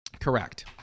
Correct